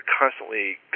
constantly